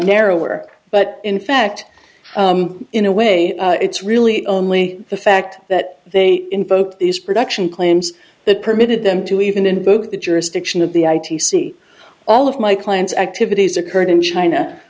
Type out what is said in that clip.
narrower but in fact in a way it's really only the fact that they invoked these production claims that permitted them to even in both the jurisdiction of the i t c all of my clients activities occurred in china